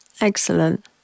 excellent